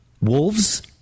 wolves